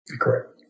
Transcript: Correct